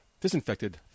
disinfected